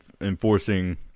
enforcing